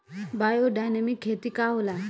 Biodynamic खेती का होला?